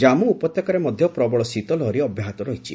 କାଶ୍ମୀର ଉପତ୍ୟକାରେ ମଧ୍ୟ ପ୍ରବଳ ଶୀତଲହରୀ ଅବ୍ୟାହତ ରହିଛି